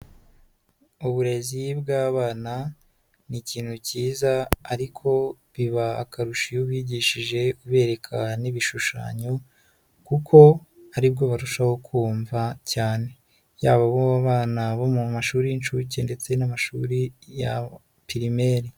Uburezi bw'abana ni ikintu cyiza ariko biba akarusho iyo bigishije ubereka n'ibishushanyo kuko aribwo barushaho kumva cyane, yaba abana bo mu mashuri y'inshuke ndetse n'amashuri ya pirimeri.